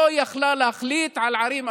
היא לא יכלה להחליט על ערים אדומות,